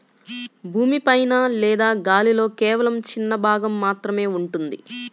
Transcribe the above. భూమి పైన లేదా గాలిలో కేవలం చిన్న భాగం మాత్రమే ఉంటుంది